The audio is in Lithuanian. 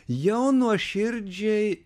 jau nuoširdžiai